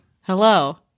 Hello